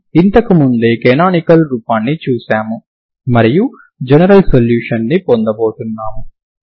మనం ఇంతకు ముందే కనానికల్ రూపాన్ని చూసాము మరియు జనరల్ సొల్యూషన్ ని పొందబోతున్నాము